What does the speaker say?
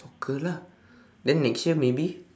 soccer lah then next year maybe